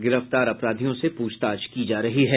गिरफ्तार अपराधियों से पूछताछ की जा रही है